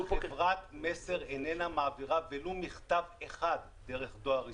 חברת מסר איננה מעבירה ולו מכתב אחד דרך דואר ישראל.